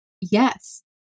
Yes